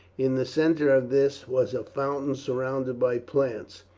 in the centre of this was a fountain surrounded by plants.